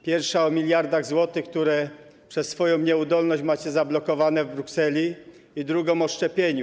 Pierwsza o miliardach złotych, które przez swoją nieudolność macie zablokowane w Brukseli, i druga o szczepieniu.